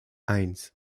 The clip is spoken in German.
eins